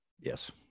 Yes